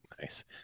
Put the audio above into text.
Nice